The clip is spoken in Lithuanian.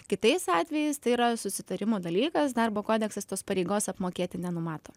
kitais atvejais tai yra susitarimo dalykas darbo kodeksas tos pareigos apmokėti nenumato